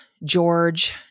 George